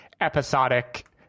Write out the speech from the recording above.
episodic